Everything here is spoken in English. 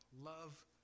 love